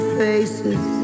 faces